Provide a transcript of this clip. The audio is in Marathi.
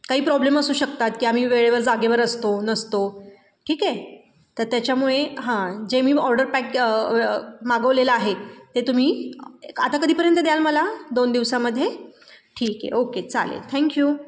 काही प्रॉब्लेम असू शकतात की आम्ही वेळेवर जागेवर असतो नसतो ठीक आहे तर त्याच्यामुळे हां जे मी ऑर्डर पॅक मागवलेलं आहे ते तुम्ही आता कधीपर्यंत द्याल मला दोन दिवसामध्ये ठीक आहे ओके चालेल थँक्यू